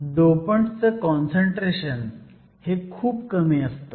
डोपंटचं concentration हे खूप कमी असतं